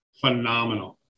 Phenomenal